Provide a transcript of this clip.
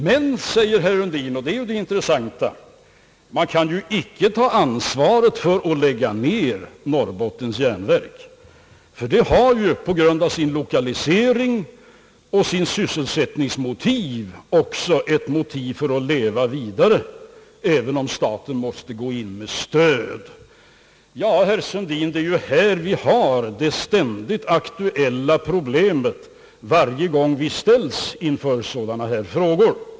Men, säger herr Sundin, och det är det intressanta, man kan ju icke ta ansvaret för att lägga ner Norrbottens järnverk, ty det har på grund av sin lokalisering och sin sysselsättningsskapande effekt andra motiv för att leva vidare, även om staten måste gå in med stöd. Ja, herr Sundin, det är ju här vi har det ständigt aktuella problemet varje gång vi ställs inför sådana här frågor.